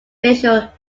visual